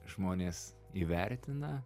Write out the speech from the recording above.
žmonės įvertina